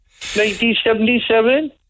1977